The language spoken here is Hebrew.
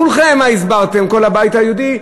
כולכם, מה הסברתם, כל הבית היהודי?